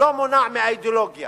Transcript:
שלא מונע מאידיאולוגיה